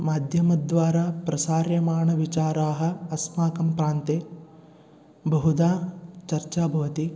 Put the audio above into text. माध्यमद्वारा प्रसार्यमाणविचाराः अस्माकं प्रान्ते बहुधा चर्चिताः भवन्ति